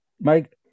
Mike